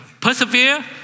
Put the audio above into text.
Persevere